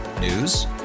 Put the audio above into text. News